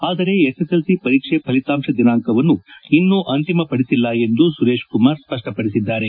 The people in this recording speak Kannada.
ಆದರೆ ಎಸ್ಎಸ್ಎಲ್ಸಿ ಪರೀಕ್ಷೆ ಫಲಿತಾಂಶ ದಿನಾಂಕವನ್ನು ಇನ್ನೂ ಅಂಕಿಮಪಡಿಸಿಲ್ಲ ಎಂದು ಸುರೇಶ್ ಕುಮಾರ್ ಸ್ಪಷ್ಟಪಡಿಸಿದ್ದಾರೆ